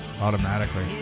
automatically